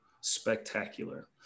spectacular